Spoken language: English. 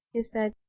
he said.